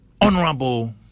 honorable